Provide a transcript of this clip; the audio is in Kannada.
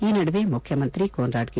ಈ ನಡುವೆ ಮುಖ್ಯಮಂತ್ರಿ ಕೊನ್ರಾಡ್ ಕೆ